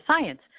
science